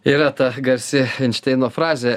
yra ta garsi einšteino frazė